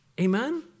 Amen